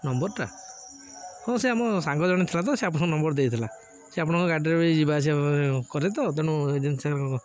ନମ୍ବରଟା ହଁ ସେ ଆମ ସାଙ୍ଗ ଜଣେ ଥିଲା ତ ସେ ଆପଣଙ୍କ ନମ୍ବର ଦେଇଥିଲା ସେ ଆପଣଙ୍କ ଗାଡ଼ିରେ ବି ଯିବା ଆସିବା କରେ ତେଣୁ ଏଜେନ୍ସି